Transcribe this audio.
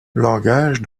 langage